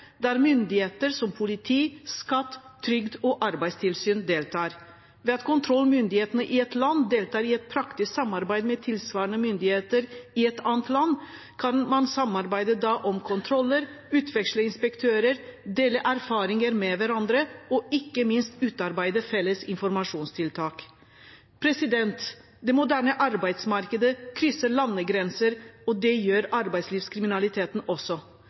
der myndigheter fra politi, skatt, trygd og arbeidstilsyn deltar. Ved at kontrollmyndighetene i et land deltar i et praktisk samarbeid med tilsvarende myndigheter i et annet land, kan en samarbeide om kontroller, utveksle inspektører, dele erfaringer med hverandre og ikke minst utarbeide felles informasjonstiltak. Det moderne arbeidsmarkedet krysser landegrenser, og det gjør arbeidslivskriminaliteten også.